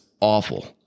awful